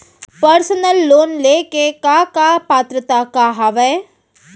Personal loan ले के का का पात्रता का हवय?